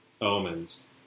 Omens